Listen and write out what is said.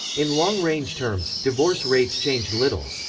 in long-range terms, divorce rates changed little.